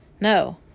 No